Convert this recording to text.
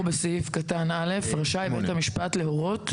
בסעיף קטן (א) רשאי בית המשפט להורות,